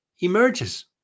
emerges